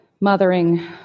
Mothering